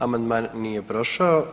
Amandman nije prošao.